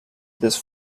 this